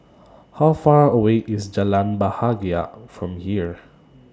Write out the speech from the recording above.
How Far away IS Jalan Bahagia from here